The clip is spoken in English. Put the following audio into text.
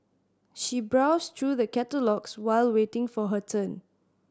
she browsed through the catalogues while waiting for her turn